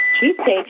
Cheesecake